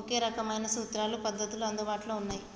ఒకే రకమైన సూత్రాలు, పద్ధతులు అందుబాటులో ఉన్నయ్యి